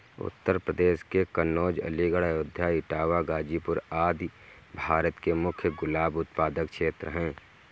उत्तर प्रदेश के कन्नोज, अलीगढ़, अयोध्या, इटावा, गाजीपुर आदि भारत के मुख्य गुलाब उत्पादक क्षेत्र हैं